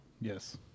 Yes